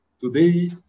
Today